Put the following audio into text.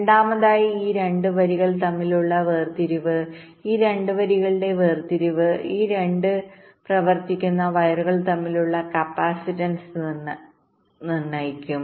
രണ്ടാമതായി ഈ 2 വരികൾ തമ്മിലുള്ള വേർതിരിവ് ഈ 2 വരികളുടെ വേർതിരിവ് ഈ 2 പ്രവർത്തിക്കുന്ന വയറുകൾ തമ്മിലുള്ള കപ്പാസിറ്റൻസ് നിർണ്ണയിക്കും